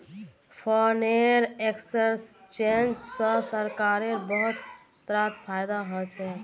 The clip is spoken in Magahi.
फ़ोरेन एक्सचेंज स सरकारक बहुत मात्रात फायदा ह छेक